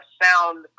sound